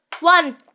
One